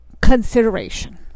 consideration